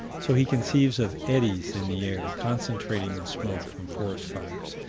so he conceives of eddies in the air, concentrating the smoke from forest fires.